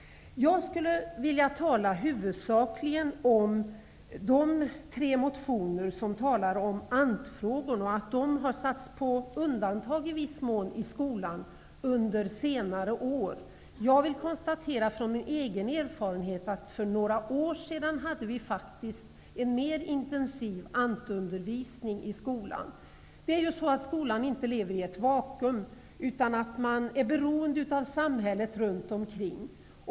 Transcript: Jag skulle vilja tala huvudsakligen om de tre motioner där ANT-frågorna tas upp och att de i viss mån under senare år har satts på undantag i skolan. Jag konstaterar av egen erfarenhet att vi för några år sedan hade en mer intensiv ANT-undervisning i skolan. Skolan lever inte i ett vakuum, utan man är beroende av samhället runt omkring.